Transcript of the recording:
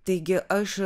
taigi aš